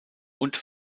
und